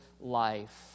life